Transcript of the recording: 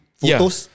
photos